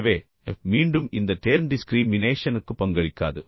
எனவே மீண்டும் இந்த டேர்ம் டிஸ்க்ரீமினேஷனுக்கு பங்களிக்காது